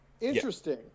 interesting